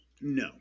No